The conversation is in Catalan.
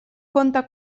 conte